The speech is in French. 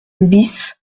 bis